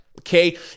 okay